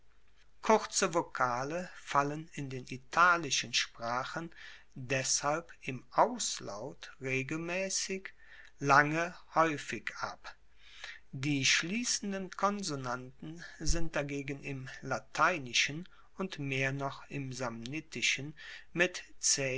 kurze vokale fallen in den italischen sprachen deshalb im auslaut regelmaessig lange haeufig ab die schliessenden konsonanten sind dagegen im lateinischen und mehr noch im samnitischen mit